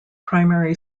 primary